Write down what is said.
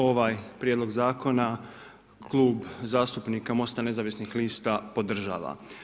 Ovaj Prijedlog zakona Klub zastupnika Mosta nezavisnih lista podržava.